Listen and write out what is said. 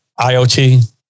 IoT